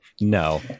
No